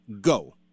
Go